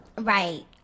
Right